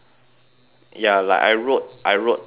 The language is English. ya like I wrote I wrote a paper on